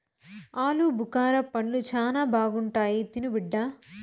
ఆలుబుకారా పండ్లు శానా బాగుంటాయి తిను బిడ్డ